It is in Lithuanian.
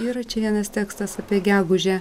yra čia vienas tekstas apie gegužę